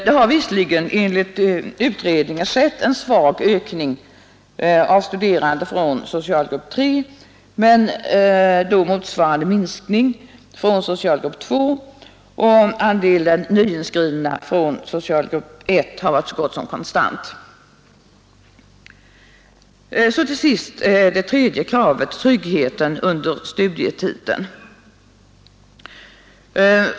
Det har visserligen enligt utredningen skett en svag ökning av antalet studerande från socialgrupp 3, men det har inträffat en motsvarande minskning av antalet från socialgrupp 2. Andelen nyinskrivna från socialgrupp 1 har varit så gott som konstant. Det andra kravet avser tryggheten under studietiden.